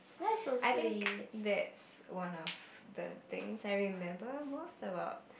I think that's one of the things I remember most about